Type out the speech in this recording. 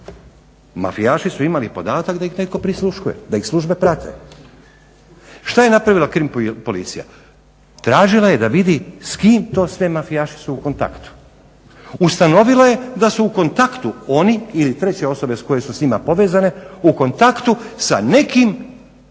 Mafijaši su imali podatak da ih netko prisluškuje, da ih službe prate. Što je napravila Krim policija? Tražila je da vidi s kim to sve mafijaši su u kontaktu. Ustanovila je da su u kontaktu oni ili treće osobe koje su s njima povezane u kontaktu sa nekim brojevima